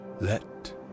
let